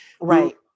right